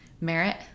merit